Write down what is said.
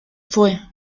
fue